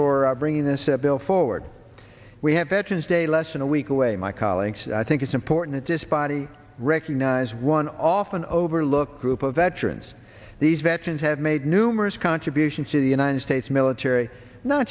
for bringing this bill forward we have veterans day less than a week away my colleagues and i think it's important this body recognize one often overlooked group of veterans these veterans have made numerous contributions to the united states military no